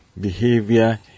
behavior